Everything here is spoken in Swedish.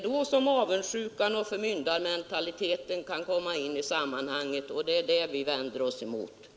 Då kan avundsjukan och förmyndarmentaliteten komma in i sammanhanget, och därför vänder vi oss emot detta.